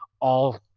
all-